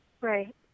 Right